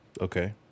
Okay